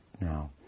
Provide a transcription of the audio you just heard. now